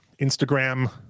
Instagram